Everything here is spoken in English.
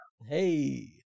Hey